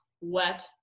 wet